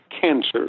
cancer